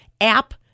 app